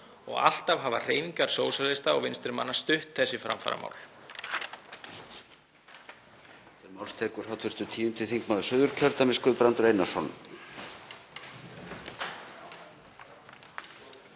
og alltaf hafa hreyfingar sósíalista og vinstri manna stutt þessi framfaramál.